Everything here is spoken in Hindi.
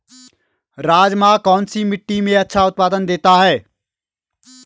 राजमा कौन सी मिट्टी में अच्छा उत्पादन देता है?